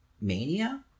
Mania